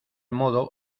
modo